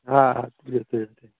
آ یُتٕے